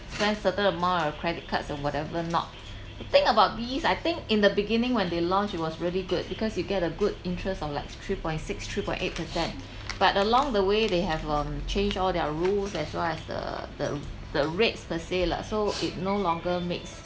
spend certain amount of credit cards or whatever not to think about these I think in the beginning when they launched it was really good because you get a good interest of like three point six three point eight percent but along the way they have um changed all their rules as well as the the the rates per se lah so it no longer makes